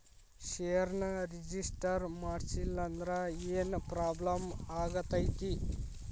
ಷೇರ್ನ ರಿಜಿಸ್ಟರ್ ಮಾಡ್ಸಿಲ್ಲಂದ್ರ ಏನ್ ಪ್ರಾಬ್ಲಮ್ ಆಗತೈತಿ